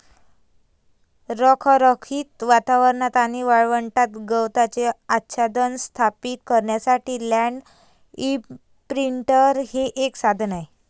रखरखीत वातावरणात आणि वाळवंटात गवताचे आच्छादन स्थापित करण्यासाठी लँड इंप्रिंटर हे एक साधन आहे